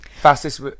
Fastest